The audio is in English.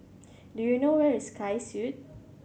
do you know where is Sky Suite